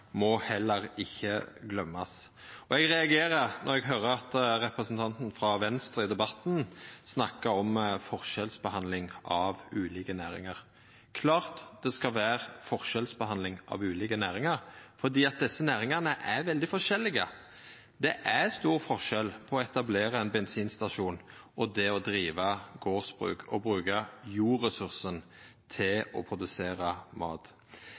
må heller ikkje verta gløymd. Eg reagerer når eg høyrer representanten frå Venstre i debatten snakka om forskjellsbehandling av ulike næringar. Klart det skal vera forskjellsbehandling av ulike næringar, for desse næringane er veldig forskjellige. Det er stor forskjell på å etablera ein bensinstasjon og å driva eit gardsbruk og bruka jordressursen til å produsera mat.